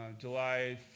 July